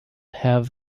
have